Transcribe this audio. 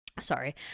Sorry